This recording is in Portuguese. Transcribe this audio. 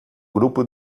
grupo